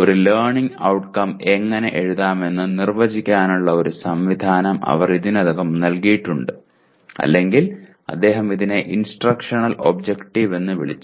ഒരു learning outcome എങ്ങനെ എഴുതാമെന്ന് നിർവചിക്കാനുള്ള ഒരു സംവിധാനം അവർ ഇതിനകം നൽകിയിട്ടുണ്ട് അല്ലെങ്കിൽ അദ്ദേഹം അതിനെ ഇൻസ്ട്രക്ഷണൽ ഒബ്ജെക്റ്റീവ് എന്ന് വിളിച്ചു